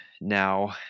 now